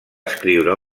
escriure